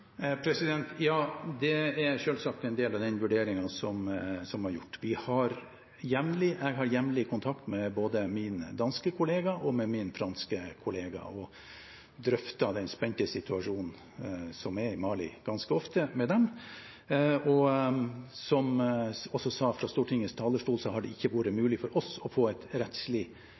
Ja, det er selvsagt en del av den vurderingen som var gjort. Jeg har jevnlig kontakt med både min danske kollega og min franske kollega og har drøftet den spente situasjonen som er i Mali, ganske ofte med dem. Og som jeg også sa fra Stortingets talerstol, har det ikke være mulig for oss å få et rettslig rammeverk som ivaretar sikkerheten til våre soldater på en